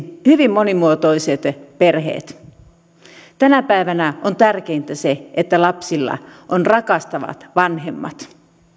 hyvin monimuotoiset perheet tänä päivänä on tärkeintä se että lapsilla on rakastavat vanhemmat